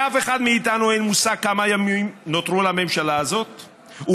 לאף אחד מאיתנו אין מושג כמה ימים נותרו לממשלה הזאת,